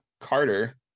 carter